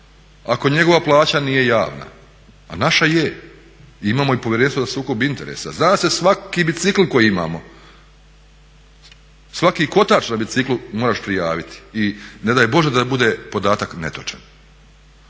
ako njegova plaća nije javna a naša je. Imamo i Povjerenstvo za sukob interesa, zna se svaki bicikl koji imamo, svaki kotač na biciklu moraš prijaviti i ne daj Bože da bude podatak netočan.